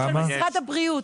זה של משרד הבריאות.